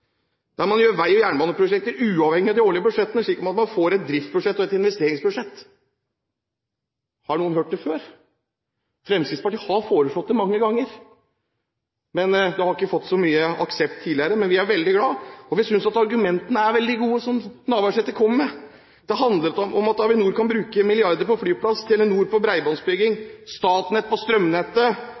der man gjør vei- og jernbaneprosjekter uavhengig av de årlige budsjettene, slik at man får et driftsbudsjett og et investeringsbudsjett. Har noen hørt det før? Fremskrittspartiet har foreslått det mange ganger, men det har ikke fått så mye aksept tidligere. Men vi er veldig glade, og vi synes at argumentene som Navarsete kommer med, er veldig gode. Det handler om at Avinor kan bruke milliarder på flyplass, Telenor på bredbåndsbygging og Statnett på strømnettet,